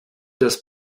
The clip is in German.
das